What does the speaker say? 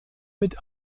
mit